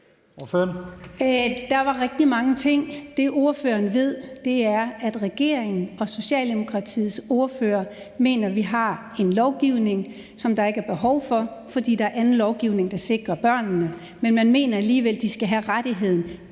Der var rigtig mange ting. Det, ordføreren ved, er, at regeringen og Socialdemokratiets ordfører mener, at vi har en lovgivning, som der ikke er behov for, fordi der er anden lovgivning, der sikrer børnene, men man mener alligevel, at de skal have rettigheden,